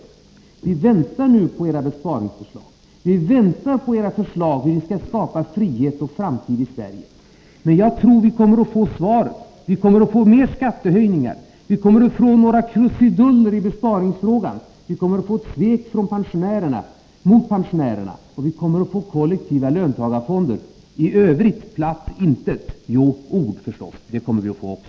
Vi väntar nu på era besparingsförslag. Vi väntar på era förslag hur ni skall skapa frihet och framtid i Sverige. Jag tror att vi kommer att få svaret: Vi kommer att få mer skattehöjningar. Vi kommer att få några krusiduller i besparingsfrågan. Vi kommer att få ett svek mot pensionärerna. Och vi kommer att få kollektiva löntagarfonder. I övrigt platt intet! Jo, ord förstås — det kommer vi också att få.